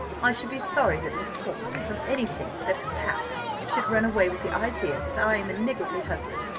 i should be sorry that miss portman, from any thing that has passed, should run away with the idea that i am a niggardly husband,